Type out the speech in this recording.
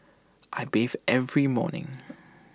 I bathe every morning